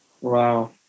Wow